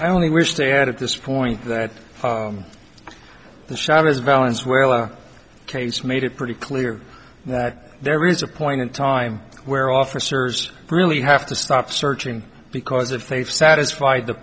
i only wish they had at this point that the shot is valid as well as case made it pretty clear that there is a point in time where officers really have to stop searching because if they've satisfied the